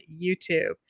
YouTube